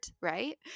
right